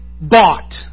bought